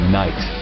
night